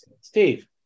Steve